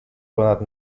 ponad